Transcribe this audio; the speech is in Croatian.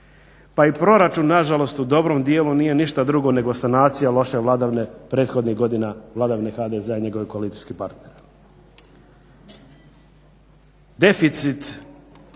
pa i proračun nažalost u dobrom dijelu nije ništa drugo nego sanacija loše vladavine prethodnih godina, vladavine HDZ-a i njegovih koalicijskih partnera. Deficit